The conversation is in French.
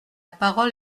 parole